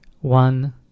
one